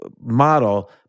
model